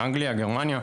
כמו אנגליה וגרמניה.